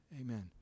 Amen